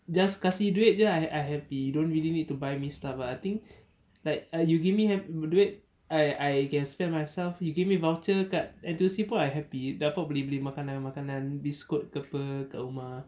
just kasih duit jer I I happy don't really need to buy me stuff ah I think like ah you give me duit I I can spend myself you give me a voucher kat N_T_U_C also I happy dapat beli beli makanan makanan biskut ke apa kat rumah